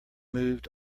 moved